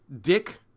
Dick